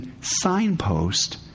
signpost